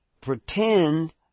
pretend